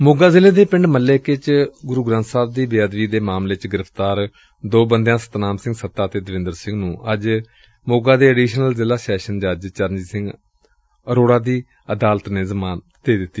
ਮੋਗਾ ਜ਼ਿਲ੍ਹੇ ਦੇ ਪਿੰਡ ਮੱਲਕੇ ਵਿਖੇ ਗੁਰੂ ਗਰੰਥ ਸਾਹਿਬ ਜੀ ਦੀ ਬੇਅਦਬੀ ਦੇ ਮਾਮਲੇ ਵਿਚ ਗ੍ਰਿਫਤਾਰ ਦੋ ਬੰਦਿਆਂ ਸਤਨਾਮ ਸਿੰਘ ਸੱਤਾ ਅਤੇ ਦਵਿੰਦਰ ਸਿੰਘ ਨੁੰ ਅੱਜ ਅਡੀਸ਼ਨਲ ਜ਼ਿਲਾ ਸੈਸ਼ਨ ਜੱਜ ਚਰਨਜੀਤ ਅਰੋਤਾ ਦੀ ਅਦਾਲਤ ਨੇ ਜਮਾਨਤ ਦੇ ਦਿੱਤੀ